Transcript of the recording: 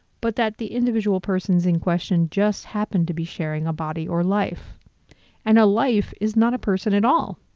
but that the individual persons in question just happened to be sharing a body or life and a life is not a person at all.